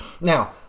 Now